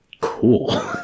cool